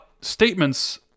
statements